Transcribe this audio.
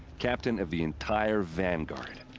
captain of the entire vanguard!